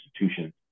institutions